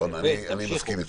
אני מסכים אתך.